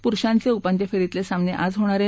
पुरुषांचे उपांत्य फेरीतले सामने आज होणार आहेत